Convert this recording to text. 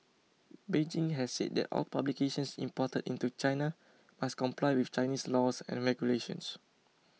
Beijing has said that all publications imported into China must comply with Chinese laws and regulations